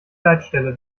leitstelle